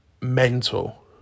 mental